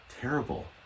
terrible